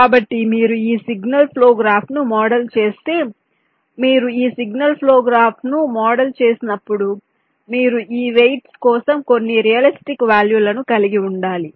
కాబట్టి మీరు ఈ సిగ్నల్ ఫ్లో గ్రాఫ్ను మోడల్ చేస్తే మీరు ఈ సిగ్నల్ ఫ్లో గ్రాఫ్ను మోడల్ చేసినప్పుడు మీరు ఈ వెయిట్స్ కోసం కొన్ని రియలిస్టిక్ వాల్యూ లను కలిగి ఉండాలి